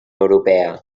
europea